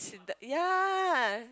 ya